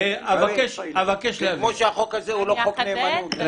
זה כמו שהחוק הזה הוא לא חוק נאמנות, אותו דבר.